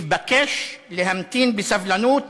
אתבקש להמתין בסבלנות